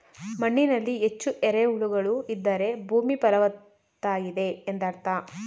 ಮಣ್ಣಿನಲ್ಲಿ ಹೆಚ್ಚು ಎರೆಹುಳುಗಳು ಇದ್ದರೆ ಭೂಮಿ ಫಲವತ್ತಾಗಿದೆ ಎಂದರ್ಥ